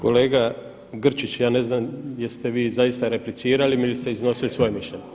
Kolega Grčić, ja ne znam jeste vi zaista replicirali ili ste iznosili svoje mišljenje.